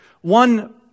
one